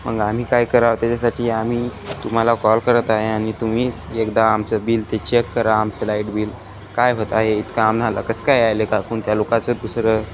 मग आम्ही काय करावं त्याच्यासाठी आम्ही तुम्हाला कॉल करत आहे आणि तुम्हीच एकदा आमचं बिल ते चेक करा आमचं लाईट बिल काय होत आहे इतका आम्हाला कसं काय यायलं आहे का कोणत्या लोकाचं दुसरं